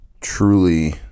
Truly